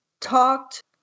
talked